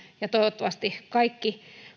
ja toivottavasti kaikki